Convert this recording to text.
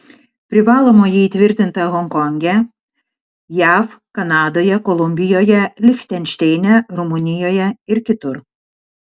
privalomoji įtvirtinta honkonge jav kanadoje kolumbijoje lichtenšteine rumunijoje ir kitur